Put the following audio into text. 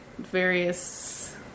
Various